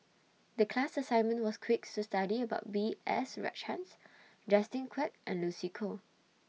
The class assignment was creak study about B S Rajhans Justin Quek and Lucy Koh